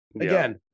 Again